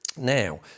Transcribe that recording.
Now